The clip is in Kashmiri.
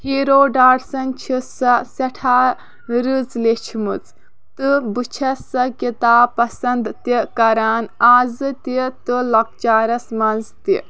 ہیٖروڈاٹسن چھِ سۄ سٮ۪ٹھاہ رٕژ لیٚچھمٕژ تہٕ بہٕ چھَس سۄ کِتاب پسنٛد تہِ کران آز تہِ تہٕ لۄکچارَس منٛز تہِ